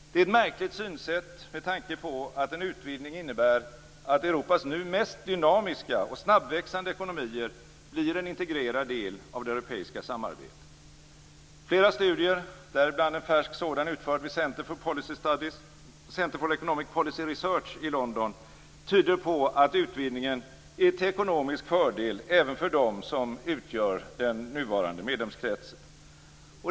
Det är ett märkligt synsätt med tanke på att en utvidgning innebär att Europas nu mest dynamiska och snabbväxande ekonomier blir en integrerad del av det europeiska samarbetet. Flera studier, däribland en färsk sådan utförd vid Centre for Economic Policy Research i London, tyder på att utvidgningen är till ekonomisk fördel även för dem som utgör den nuvarande medlemskretsen.